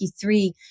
three